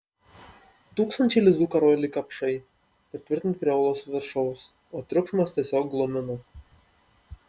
tūkstančiai lizdų karojo lyg kapšai pritvirtinti prie olos viršaus o triukšmas tiesiog glumino